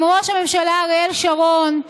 עם ראש הממשלה אריאל שרון,